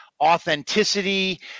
authenticity